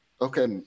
okay